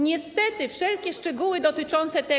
Niestety wszelkie szczegóły dotyczące tego.